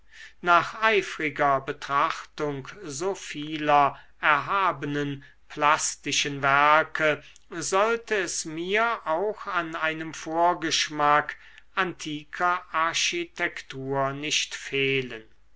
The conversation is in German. nach eifriger betrachtung so vieler erhabenen plastischen werke sollte es mir auch an einem vorschmack antiker architektur nicht fehlen